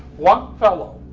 what followed